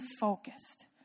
focused